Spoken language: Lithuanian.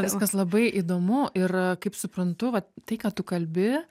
viskas labai įdomu ir kaip suprantu va tai ką tu kalbi